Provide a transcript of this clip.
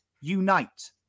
Unite